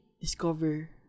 discover